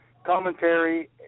commentary